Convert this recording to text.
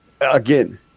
again